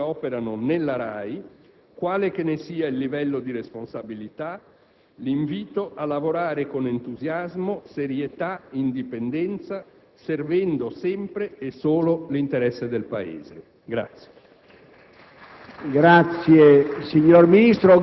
Rivolge infine alle persone che oggi operano nella RAI, quale che ne sia il livello di responsabilità, l'invito a lavorare con entusiasmo, serietà, indipendenza, servendo sempre e solo l'interesse del Paese.